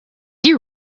you